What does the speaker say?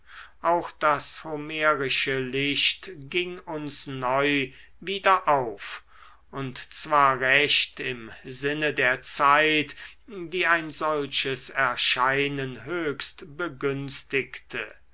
auch das homerische licht ging uns neu wieder auf und zwar recht im sinne der zeit die ein solches erscheinen höchst begünstigte